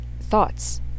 thoughts